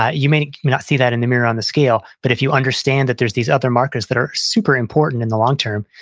ah you may not see that in the mirror on the scale, but if you understand that there's these other markers that are super important in the longterm,